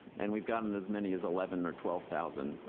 and we've gotten as many as eleven or twelve thousand